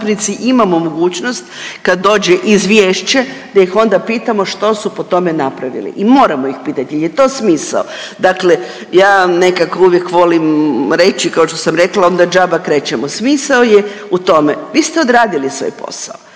imamo mogućnost kad dođe izvješće da ih onda pitamo što su po tome napravili i moramo ih pitati jel je to smisao. Dakle ja nekako uvijek volim reći kao što sam rekla onda džaba krečimo, smisao je u tome, vi ste odradili svoj posao,